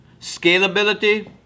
scalability